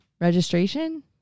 registration